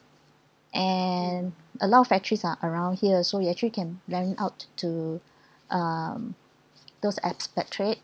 and a lot of factories are around here so you actually can rent it out to um those ex-patriot